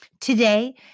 today